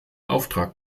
auftrag